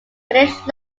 finished